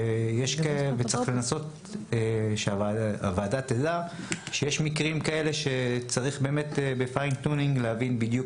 צריך שהוועדה תדע שיש מקרים כאלה שצריך להבין בדיוק